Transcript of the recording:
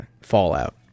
fallout